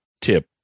tip